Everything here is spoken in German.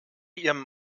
ihrem